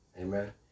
Amen